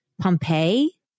Pompeii